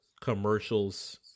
commercials